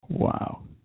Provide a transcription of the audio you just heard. Wow